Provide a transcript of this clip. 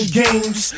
games